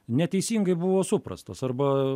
neteisingai buvo suprastas arba